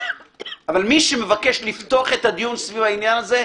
אבל מי שמבקש לפתוח את הדיון סביב העניין זה,